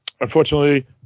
Unfortunately